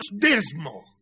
dismal